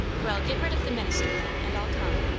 well, get rid of the minister then, and i'll come.